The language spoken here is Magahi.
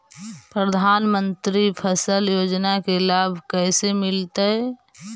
प्रधानमंत्री फसल योजना के लाभ कैसे मिलतै?